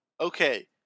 okay